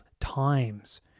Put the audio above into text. times